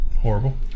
horrible